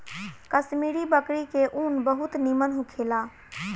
कश्मीरी बकरी के ऊन बहुत निमन होखेला